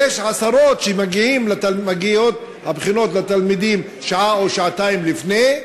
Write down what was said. יש עשרות שמגיעות לתלמידים שעה או שעתיים לפני,